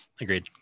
agreed